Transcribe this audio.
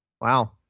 Wow